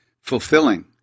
fulfilling